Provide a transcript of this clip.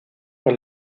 por